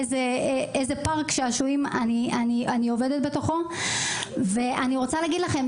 איזה פרק שעשועים אני עובדת בתוכו ואני רוצה להגיד לכם